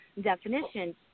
definition